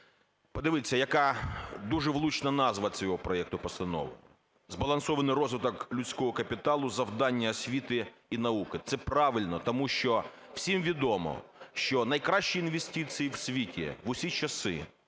Подивіться яка дуже влучна назва цього проекту Постанови – "Збалансований розвиток людського капіталу: завдання освіти і науки". Це правильно, тому що всім відомо, що найкращі інвестиції в світі в усі часи,